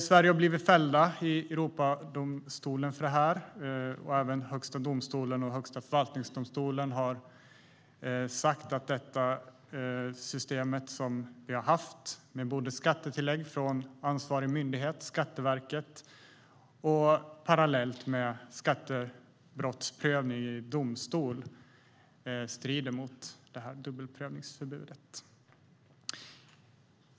Sverige har blivit fällt för detta i EU-domstolen, och även Högsta domstolen och Högsta förvaltningsdomstolen har sagt att det system vi har haft med både skattetillägg från ansvarig myndighet, alltså Skatteverket, och skattebrottsprövning i domstol strider mot dubbelprövningsförbudet.